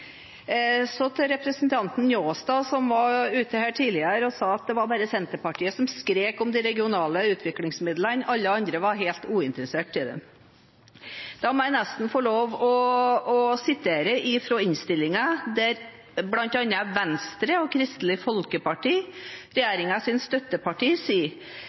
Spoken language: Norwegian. så vi kommer til å stemme for forslag nr. 18. Representanten Njåstad sa her tidligere at det bare var Senterpartiet som skrek om de regionale utviklingsmidlene, og at alle andre var helt uinteresserte i dem. Da må jeg nesten få lov å sitere fra innstillingen, der bl.a. Venstre og Kristelig Folkeparti, regjeringens støttepartier, sier